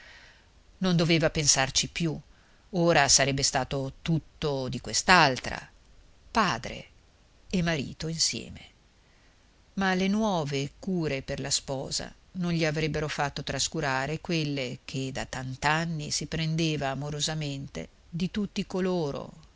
non doveva pensarci più ora sarebbe stato tutto di quest'altra padre e marito insieme ma le nuove cure per la sposa non gli avrebbero fatto trascurare quelle che da tant'anni si prendeva amorosamente di tutti coloro